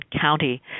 county